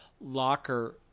locker